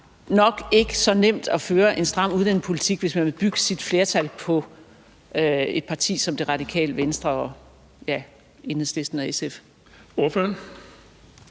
nok ikke er så nemt at føre en stram udlændingepolitik, hvis man vil bygge sit flertal på et parti som Det Radikale Venstre og Enhedslisten og SF.